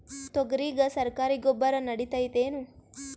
ತೊಗರಿಗ ಸರಕಾರಿ ಗೊಬ್ಬರ ನಡಿತೈದೇನು?